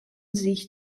sich